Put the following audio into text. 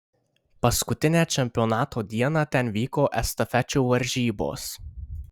paskutinę čempionato dieną ten vyko estafečių varžybos